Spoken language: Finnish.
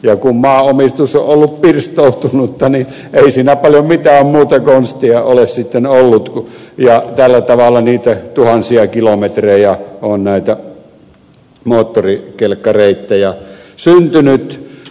kun maaomistus on ollut pirstoutunutta niin ei siinä paljon mitään muuta konstia ole sitten ollut ja tällä tavalla niitä tuhansia kilometrejä on näitä moottorikelkkareittejä syntynyt